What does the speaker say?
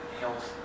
health